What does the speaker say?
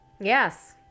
yes